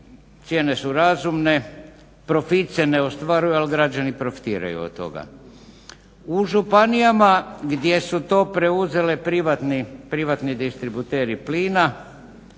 Cijene su razumne, profit se ne ostvaruje ali građani profitiraju od toga. U županijama gdje su to preuzele privatni distributeri plina